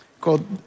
Called